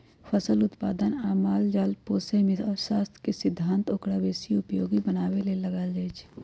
फसल उत्पादन आ माल जाल पोशेमे जे अर्थशास्त्र के सिद्धांत ओकरा बेशी उपयोगी बनाबे लेल लगाएल जाइ छइ